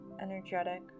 energetic